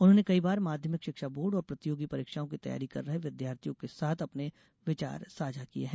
उन्होंने कई बार माध्यमिक शिक्षा बोर्ड और प्रतियोगी परीक्षाओं की तैयारी कर रहे विद्यार्थियों के साथ अपने विचार साझा किये हैं